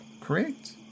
correct